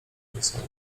wesoło